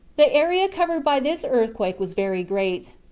the area covered by this earthquake was very great.